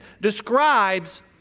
describes